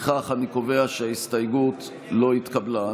לפיכך אני קובע שההסתייגות לא התקבלה.